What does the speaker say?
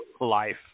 life